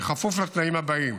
בקריאה טרומית בכפוף לתנאים הבאים: